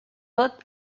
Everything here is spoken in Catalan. tot